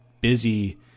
busy